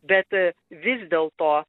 bet vis dėlto